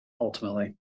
ultimately